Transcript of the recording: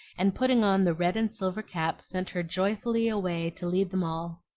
and putting on the red and silver cap sent her joyfully away to lead them all.